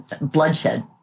bloodshed